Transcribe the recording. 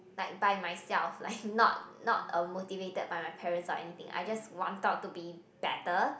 like by myself like not not uh motivated by my parents or anything I just wanted to be better